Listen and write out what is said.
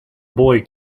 boy